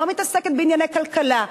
לא מתעסקת בענייני כלכלה,